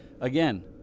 again